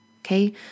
Okay